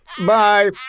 Bye